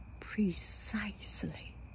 precisely